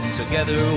together